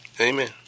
Amen